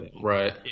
Right